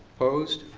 opposed?